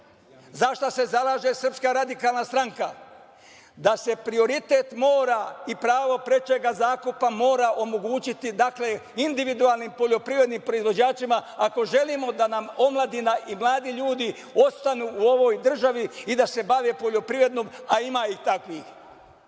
zašta se zalaže SRS, da se prioritet i pravo prečeg zakupa mora omogućiti individualnim poljoprivrednim proizvođačima ako želimo da nam omladina i mladi ljudi ostanu u ovoj državi i da se bave poljoprivredom, a ima ih takvih. Dame